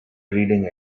reading